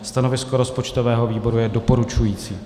Stanovisko rozpočtového výboru je doporučující.